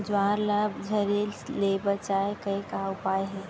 ज्वार ला झरे ले बचाए के का उपाय हे?